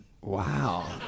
Wow